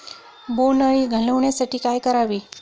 बोंडअळी घालवण्यासाठी काय करावे?